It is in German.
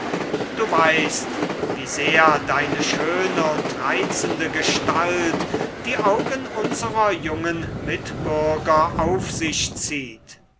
du weißt wie sehr deine schöne und reizende gestalt die augen unserer jungen mitbürger auf sich zieht